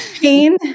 pain